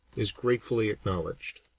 is gratefully acknowledged.